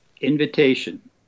Invitation